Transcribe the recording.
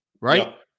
right